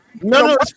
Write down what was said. No